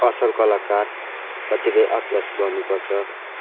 असल कलाकार कतिपय अभ्यास गर्नुपर्छ